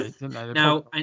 Now